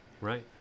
Right